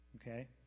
Okay